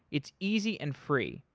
it's easy and free.